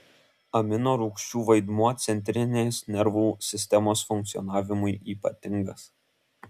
aminorūgščių vaidmuo centrinės nervų sistemos funkcionavimui ypatingas